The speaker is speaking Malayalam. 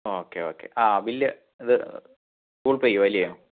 ഓക്കെ ഓക്കെ ആ ബില്ല് ഇത് ഗൂഗിൾ പേ ചെയ്യും അല്ലെയോ